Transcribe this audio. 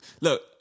Look